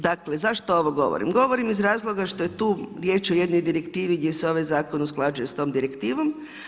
Dakle, zašto ovo govorim, govorim iz razloga, što je tu riječ o jednoj direktivi, gdje se ovaj zakon usklađuje s tom direktivom.